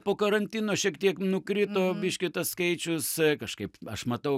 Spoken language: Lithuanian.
po karantino šiek tiek nukrito biški tas skaičius kažkaip aš matau